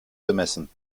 bemessen